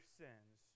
sins